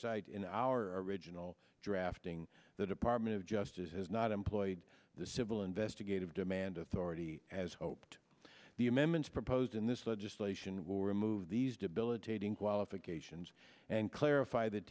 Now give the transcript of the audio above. sight in our original drafting the department of justice has not employed the civil investigative demand authority as hoped the amendments proposed in this legislation will remove these debilitating qualifications and clarify that